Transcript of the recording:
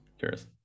Cheers